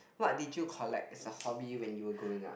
what did you collect as a hobby when you are growing up